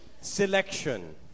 Selection